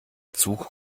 zug